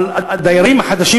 על הדיירים החדשים,